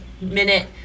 minute